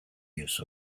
use